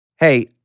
Hey